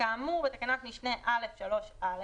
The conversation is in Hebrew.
כאמור בתקנה משנה (א)(3)(א)(1)